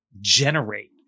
generate